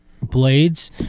Blades